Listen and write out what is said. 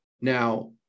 Now